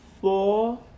four